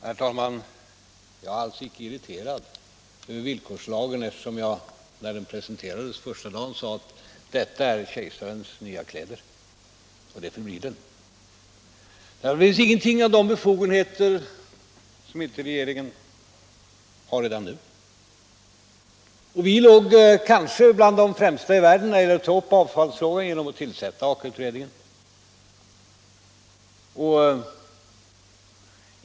Herr talman! Jag är alls icke irriterad över villkorslagen, eftersom jag när den presenterades första dagen sade att ”detta är kejsarens nya kläder”, och det förblir den. Det finns inga befogenheter i den som inte regeringen har redan nu. Vi låg kanske bland de främsta i världen när det gäller att ta upp avfallsfrågan genom att tillsätta Aka-utredningen.